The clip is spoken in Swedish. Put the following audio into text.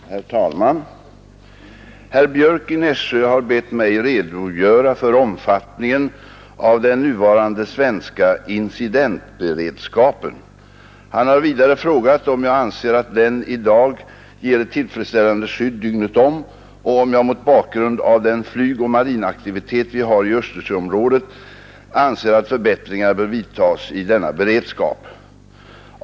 Herr talman! Herr Björck i Nässjö har bett mig redogöra för omfattningen av den nuvarande svenska incidentberedskapen. Han har vidare frågat om jag anser att den i dag ger ett tillfredsställande skydd dygnet om och om jag mot bakgrund av den flygoch marinaktivitet vi har i Östersjöområdet anser att förbättringar bör vidtas i denna beredskap.